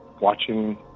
watching